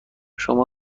شما